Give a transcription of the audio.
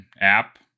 app